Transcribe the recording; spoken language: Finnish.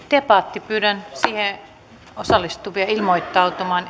debatti pyydän siihen osallistuvia ilmoittautumaan